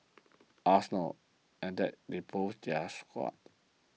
arsenal and that's they boost their squad